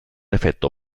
effetto